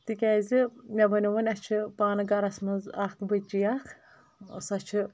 تِکیاز مےٚ بنیٚو وۄنۍ اسہِ چھِ پانہٕ گرس منٛز اکھ بٔچی اکھ سۄ چھِ